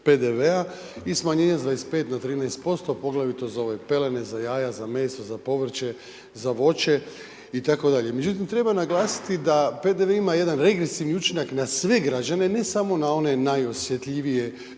PDV-a i smanjenje sa 25 na 13%, poglavito za ove pelene, za jaja, za meso, za povrće, za voće itd.. Međutim treba naglasiti da PDV ima jedan regresivni učinak na sve građane, ne samo na one najosjetljivije